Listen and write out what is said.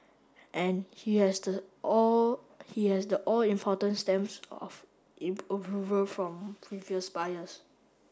and he has the all he has the all important stamps of it approval from previous buyers